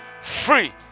Free